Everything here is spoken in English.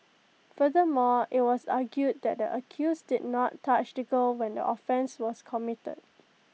furthermore IT was argued that the accused did not touch the girl when the offence was committed